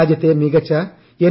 രാജ്യത്തെ മികച്ച എൻ